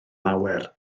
lawer